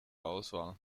auswahl